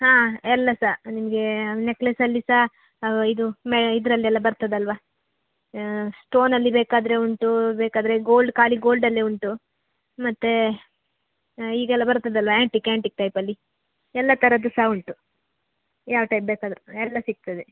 ಹಾಂ ಎಲ್ಲ ಸಹ ನಿಮಗೆ ನೆಕ್ಲೆಸಲ್ಲಿ ಸ ಇದು ಮೇ ಇದರಲ್ಲೆಲ್ಲ ಬರ್ತದಲ್ಲವಾ ಸ್ಟೋನಲ್ಲಿ ಬೇಕಾದರೆ ಉಂಟು ಬೇಕಾದರೆ ಗೋಲ್ಡ್ ಖಾಲಿ ಗೋಲ್ಡಲ್ಲೇ ಉಂಟು ಮತ್ತು ಈಗೆಲ್ಲ ಬರ್ತದಲ್ಲವಾ ಆ್ಯಂಟಿಕ್ ಆ್ಯಂಟಿಕ್ ಟೈಪಲ್ಲಿ ಎಲ್ಲ ಥರದ್ದು ಸಹ ಉಂಟು ಯಾವ ಟೈಪ್ ಬೇಕಾದರೂ ಎಲ್ಲ ಸಿಗ್ತದೆ